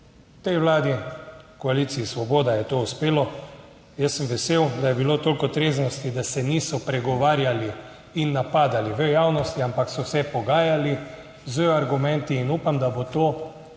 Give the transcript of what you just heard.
Tej vladi, v koaliciji Svoboda je to uspelo, jaz sem vesel, da je bilo toliko treznosti, da se niso pregovarjali in napadali v javnosti, ampak so se pogajali z argumenti in upam, da bo to tudi